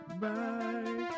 Bye